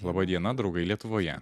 laba diena draugai lietuvoje